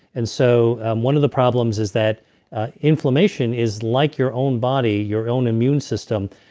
and so one of the problems is that inflammation is like your own body, your own immune system,